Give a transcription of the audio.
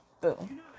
Boom